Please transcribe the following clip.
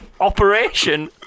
operation